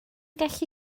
gallu